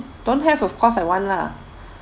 don't have of course I want lah